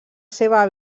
seva